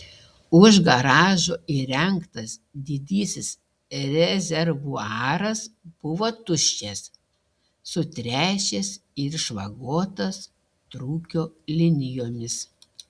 už garažo įrengtas didysis rezervuaras buvo tuščias sutręšęs ir išvagotas trūkio linijomis